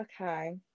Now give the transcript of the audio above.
Okay